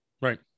Right